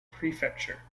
prefecture